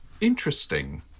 interesting